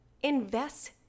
invest